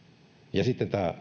ja sitten tämä